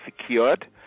secured